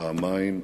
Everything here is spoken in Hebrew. פעמיים,